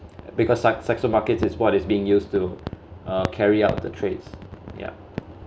because like Saxo Markets is what is being used to uh carry out the trades ya